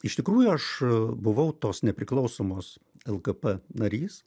iš tikrųjų aš buvau tos nepriklausomos lkp narys